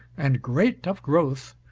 and great of growth,